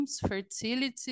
fertility